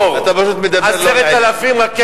הם מנהלים מדינת טרור,